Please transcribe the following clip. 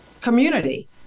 community